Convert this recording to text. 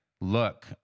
look